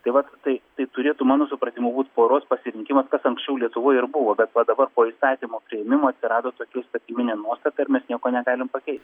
tai vat tai tai turėtų mano supratimu būt poros pasirinkimas kas anksčiau lietuvoj ir buvo bet va dabar po įstatymo priėmimo atsirado tokia įstatyminė nuostata ir mes nieko negalim pakeist